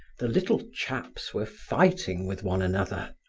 the little chaps were fighting with one another.